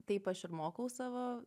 taip aš ir mokau savo